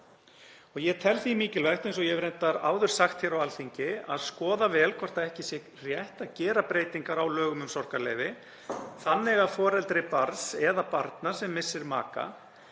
Ég tel því mikilvægt, eins og ég hef reyndar áður sagt hér á Alþingi, að skoða vel hvort ekki sé rétt að gera breytingar á lögum um einkaleyfi þannig að foreldri barns eða barna sem missir maka